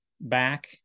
back